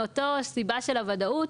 מאותה סיבה של הוודאות,